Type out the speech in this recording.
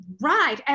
Right